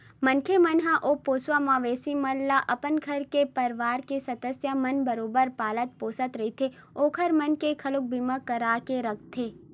मनखे मन ह ओ पोसवा मवेशी मन ल अपन घर के परवार के सदस्य मन बरोबर पालत पोसत रहिथे ओखर मन के घलोक बीमा करा के रखथे